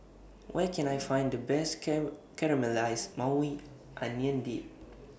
Where Can I Find The Best Caramelized Maui Onion Dip